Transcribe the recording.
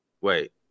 wait